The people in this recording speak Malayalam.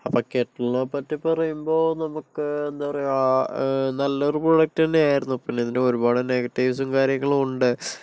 അപ്പോൾ കെറ്റിലിനെ പറ്റി പറയുമ്പോൾ നമുക്ക് എന്താ പറയുക നല്ലൊരു പ്രോഡക്റ്റ് തന്നെയിരുന്നു പിന്നെ ഇതിൻ്റെ ഒരുപാട് നെഗറ്റീവ്സും കാര്യങ്ങളും ഉണ്ട്